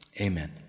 amen